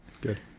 good